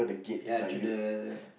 ya through the